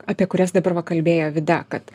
apie kurias dabar va kalbėjo vida kad